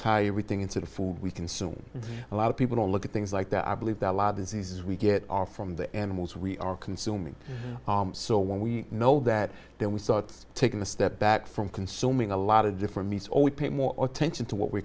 tie everything into the food we consume a lot of people look at things like that i believe that a lot of diseases we get are from the animals we are consuming so when we know that then we saw it's taken a step back from consuming a lot of different meats only pay more attention to what we